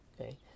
okay